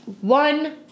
One